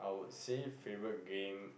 I would say favourite game